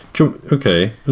Okay